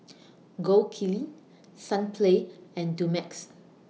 Gold Kili Sunplay and Dumex